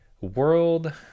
world